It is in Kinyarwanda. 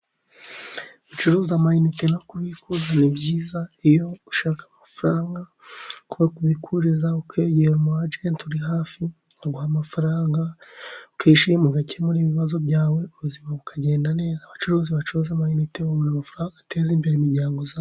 Gucuruza amayinite no kubikuza ni byiza. Iyo ushaka amafaranga, ko bakubikuriza, ukegera umu ajenti uri hafi, aguha amafaranga, ukishima, ugakemura ibibazo byawe, ubuzima bukagenda neza. Abacuruzi bacuruza amayinite babona amafaranga, ateza imbere imiryango yabo.